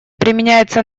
применяется